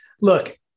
look